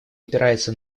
опирается